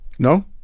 No